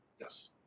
yes